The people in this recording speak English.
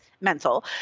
mental